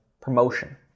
promotion